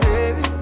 Baby